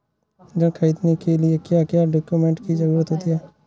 ऋण ख़रीदने के लिए क्या क्या डॉक्यूमेंट की ज़रुरत होती है?